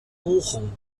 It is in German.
bochum